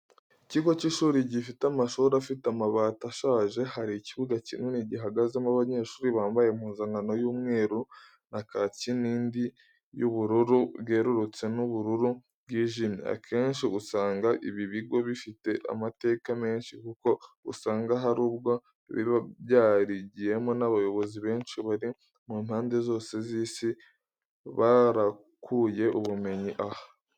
Ikigo cy'ishuri gifite amashuri afite amabati ashaje, hari ikibuga kinini gihagazemo abanyeshuri bambaye impuzankano y'umweru na kaki n'indi y, y'ubururu bwererutse n'ubururu bwijimye. Akenshi usanga ibi bigo bifite amateka menshi kuko usanga hari ubwo biba byarigiyeho n'abayobozi benshi bari mu mpande zose z'isi barakuye ubumenyi aha.